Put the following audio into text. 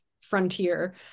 frontier